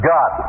God